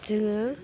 जोङो